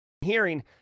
hearing